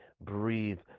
breathe